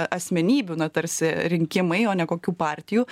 asmenybių na tarsi rinkimai o ne kokių partijų